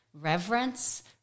reverence